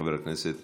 חבר הכנסת